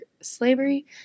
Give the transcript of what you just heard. slavery